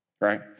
right